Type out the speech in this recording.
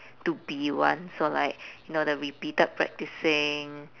to be one so like you know the repeated practicing